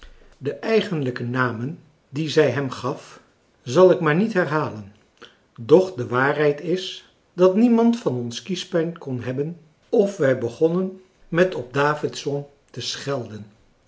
de eigenlijke namen die zij hem gaf zal ik maar niet herhalen doch de waarheid is dat niemand van ons kiespijn kon hebben of wij begonnen met op davidson te schelden